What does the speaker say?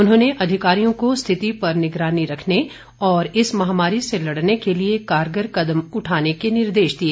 उन्होंने अधिकारियों को स्थिति पर निगरानी रखने और इस महामारी से लड़ने के लिए कारगर कदम उठाने के निर्देश दिए